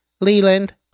Leland